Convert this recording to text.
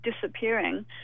disappearing